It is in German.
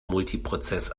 multiprozess